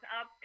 up